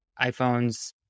iPhones